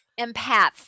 Empaths